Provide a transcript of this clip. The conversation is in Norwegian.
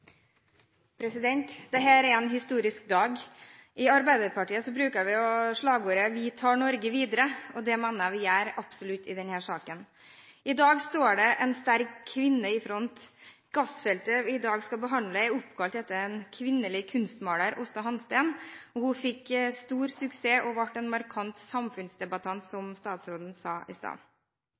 historisk dag. I Arbeiderpartiet bruker vi jo slagordet «Vi tar Norge videre», og det mener jeg absolutt vi gjør i denne saken. I dag står det en sterk kvinne i front. Gassfeltet vi i dag skal behandle, er oppkalt etter en kvinnelig kunstmaler – Aasta Hansteen – som hadde stor suksess og ble en markant samfunnsdebattant, som statsråden sa i stad.